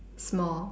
small